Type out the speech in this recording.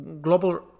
global